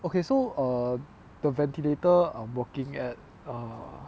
okay so err the ventilator I'm working at err